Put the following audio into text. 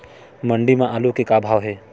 मंडी म आलू के का भाव हे?